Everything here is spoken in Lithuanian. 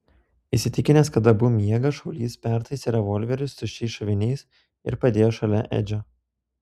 įsitikinęs kad abu miega šaulys pertaisė revolverius tuščiais šoviniais ir padėjo šalia edžio